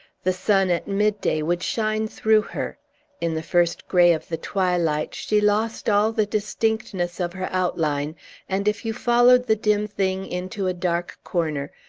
the sun at midday would shine through her in the first gray of the twilight, she lost all the distinctness of her outline and, if you followed the dim thing into a dark corner,